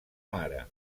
mare